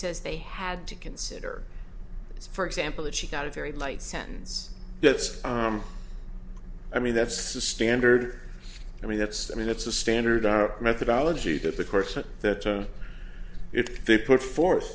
says they had to consider for example that she got a very light sentence that's i mean that's the standard i mean that's i mean it's a standard our methodology to the question that if they put forth